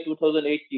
2018